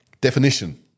definition